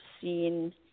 seen –